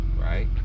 right